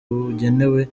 bugenewe